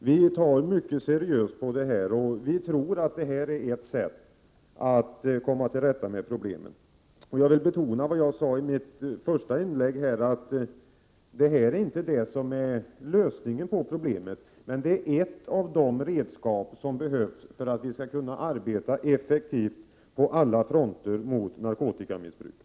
Vi tar mycket seriöst på detta, och vi tror att en straffskärpning är ett sätt att komma till rätta med problemen. Jag vill betona vad jag sade i mitt första inlägg: detta är inte lösningen på problemen, men det är ett av de redskap som behövs för att man skall kunna arbeta effektivt på alla fronter mot narkotikamissbruket.